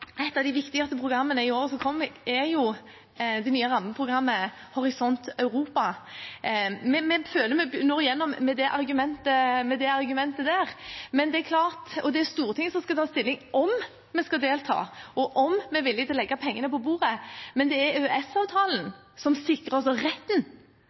Et av de viktigste programmene i årene som kommer, er det nye rammeprogrammet Horisont Europa. Vi føler vi når gjennom med det argumentet der. Det er klart at det er Stortinget som skal ta stilling til om vi skal delta, og om vi er villig til å legge pengene på bordet, men det er